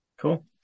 cool